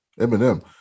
Eminem